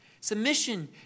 submission